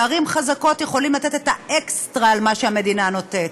ערים חזקות יכולות לתת אקסטרה על מה שהמדינה נותנת,